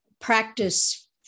practice